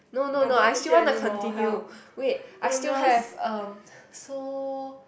no no no I still want to continue wait I still have um so